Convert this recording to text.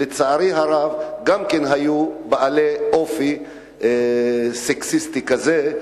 לצערי הרב, היו גם בעלי אופי סקסיסטי כזה.